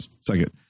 Second